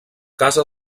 casa